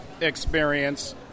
experience